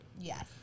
Yes